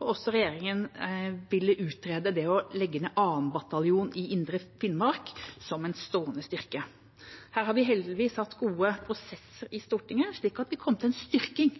Regjeringen ville også utrede det å legge ned Hærens 2. bataljon i Indre Troms som en stående styrke. Her har vi heldigvis hatt gode prosesser i Stortinget, slik at vi kom til en styrking